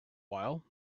while